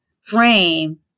frame